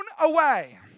away